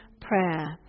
prayer